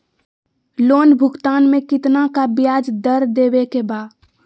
Loan भुगतान में कितना का ब्याज दर देवें के बा?